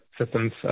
systems